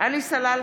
עלי סלאלחה,